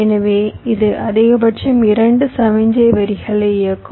எனவே இது அதிகபட்சம் 2 சமிக்ஞை வரிகளை இயக்கும்